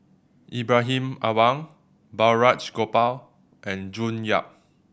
Ibrahim Awang Balraj Gopal and June Yap